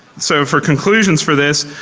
so for conclusions for this,